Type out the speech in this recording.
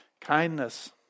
Kindness